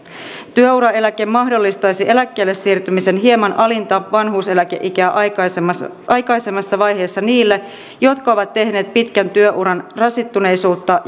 työ uraeläke mahdollistaisi eläkkeelle siirtymisen hieman alinta vanhuuseläkeikää aikaisemmassa aikaisemmassa vaiheessa niille jotka ovat tehneet pitkän työuran rasittuneisuutta